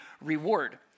reward